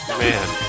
man